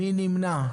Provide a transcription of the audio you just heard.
מי נמנע?